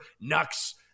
Knucks